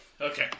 Okay